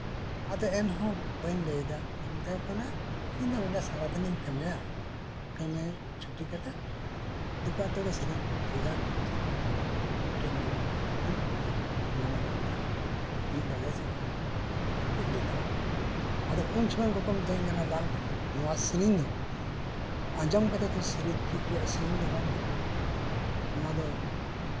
ᱟᱫᱚ ᱮᱱᱦᱚᱸ ᱵᱟᱹᱧ ᱞᱟᱹᱭᱫᱟ ᱤᱧᱫᱚ ᱥᱟᱨᱟᱫᱤᱱ ᱤᱧ ᱠᱟᱹᱢᱤᱭᱟ ᱫᱤᱠᱩ ᱟᱹᱛᱩᱨᱮ ᱩᱱᱠᱩ ᱠᱚ ᱪᱮᱫᱟ ᱢᱟᱥᱴᱟᱨ ᱛᱟᱠᱚ ᱴᱷᱮᱡ ᱩᱱᱠᱩ ᱴᱷᱮᱡ ᱤᱧ ᱫᱩᱲᱩᱵᱽ ᱠᱚᱜᱼᱟ ᱫᱩᱲᱩᱵ ᱠᱟᱛᱮᱜ ᱜᱮ ᱟᱸᱡᱚᱢ ᱟᱸᱡᱚᱢ ᱛᱤᱧ ᱢᱤᱫ ᱵᱟᱨᱭᱟ ᱥᱮᱨᱮᱧ ᱤᱧ ᱪᱮᱫ ᱞᱮᱫᱟ ᱟᱨᱠᱤ ᱟᱫᱚ ᱩᱱ ᱥᱚᱢᱚᱭ ᱠᱚ ᱢᱮᱛᱤᱧ ᱠᱟᱱᱟ ᱵᱟᱝᱛᱚ ᱱᱚᱣᱟ ᱥᱮᱨᱮᱧ ᱫᱚ ᱟᱸᱡᱚᱢ ᱠᱟᱛᱮᱜ ᱫᱚ ᱪᱮᱫ ᱨᱮᱭᱟᱜ ᱥᱮᱨᱮᱧ ᱫᱚ ᱵᱟᱝ ᱠᱟᱱᱟ ᱱᱚᱣᱟ ᱫᱚ